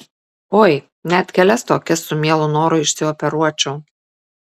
oi net kelias tokias su mielu noru išsioperuočiau